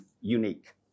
unique